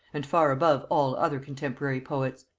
and far above all other contemporary poets.